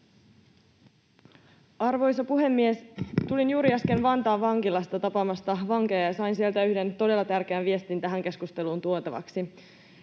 Arvoisa puhemies! Tulin juuri äsken Vantaan vankilasta tapaamasta vankeja, ja sain sieltä yhden todella tärkeän viestin tähän keskusteluun tuotavaksi.